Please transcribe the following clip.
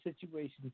situations